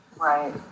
right